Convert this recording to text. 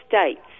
states